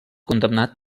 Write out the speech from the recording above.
condemnat